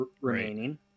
remaining